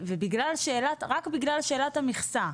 ורק בגלל שאלת המכסה.